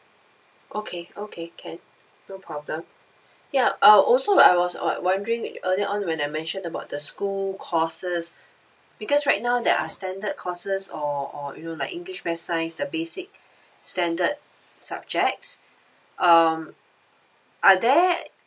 okay okay can no problem yup I also I was won~ wondering earlier on when I mention about the school courses because right now there are standard courses or or you know like english math science the basic standard subjects um are there